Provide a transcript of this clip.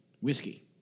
whiskey